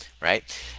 right